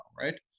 right